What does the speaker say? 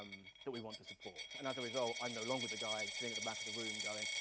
um that we want to support. and as a result, i'm no longer the guy sitting at the back of the room going,